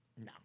No